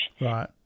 Right